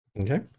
Okay